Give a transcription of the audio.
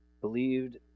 believed